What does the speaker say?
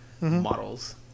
models